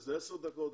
לזה עשר דקות,